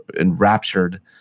enraptured